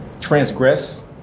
transgress